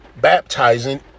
baptizing